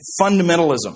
fundamentalism